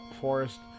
forest